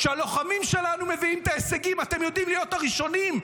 כשהלוחמים שלנו מביאים את ההישגים אתם יודעים להיות הראשונים,